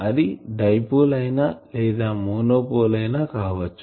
అది డైపోల్ అయినా లేదా మోనోపోల్ అయినా కావచ్చు